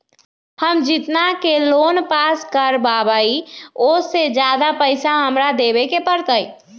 हम जितना के लोन पास कर बाबई ओ से ज्यादा पैसा हमरा देवे के पड़तई?